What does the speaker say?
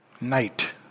Night